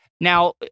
now